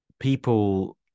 people